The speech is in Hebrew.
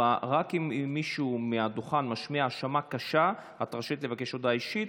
רק אם מישהו מהדוכן משמיע האשמה קשה את רשאית לבקש הודעה אישית.